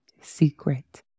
secret